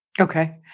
Okay